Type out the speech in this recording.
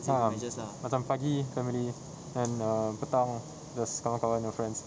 ah macam pagi family then err petang just kawan-kawan dengan friends